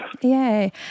Yay